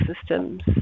systems